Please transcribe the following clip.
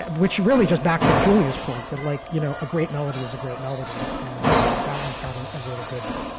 which really just backs up julia's point that, like, you know, a great melody is a great melody. and that one's got ah a really good one